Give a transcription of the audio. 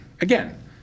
again